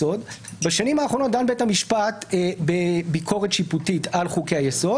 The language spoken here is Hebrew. בשנים האחרונות דן בית המשפט בביקורת שיפוטית על חוקי היסוד